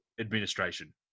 administration